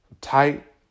tight